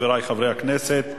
חברי חברי הכנסת,